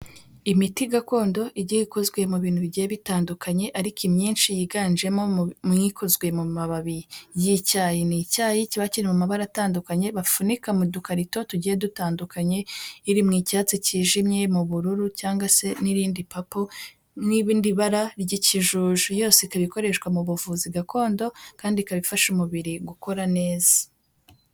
Imiti gakondo igiye ikozwe mu bintu bigiye bitandukanye, ariko imyinshi yiganjemo mu ikozwe mu mababi y'icyayi ni icyayi kiba kiri mu mabara atandukanye bafunika mu dukarito tugiye dutandukanye iri mu icyatsi kijimye, mu bururu cyangwa se n'irindi papo n'irindi bara ry'ikijuju, yose ikaba ikoreshwa mu buvuzi gakondo kandi ikaba ifasha umubiri gukora neza.